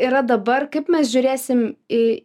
yra dabar kaip mes žiūrėsim į